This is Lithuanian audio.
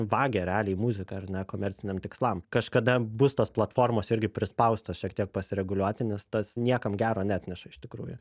vagia realiai muziką ar ne komerciniam tikslam kažkada bus tos platformos irgi prispaustos šiek tiek pasireguliuoti nes tas niekam gero neatneša iš tikrųjų